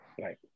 Right